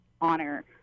honor